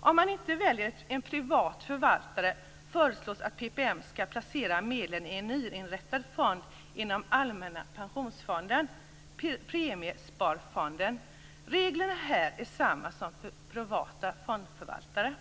Om man inte väljer en privat förvaltare föreslås att PPM skall placera medlen i en nyinrättad fond inom Allmänna pensionsfonden - Premiesparfonden. Reglerna här är samma som för privata fondförvaltare.